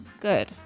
good